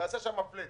תעשה שם פלאט,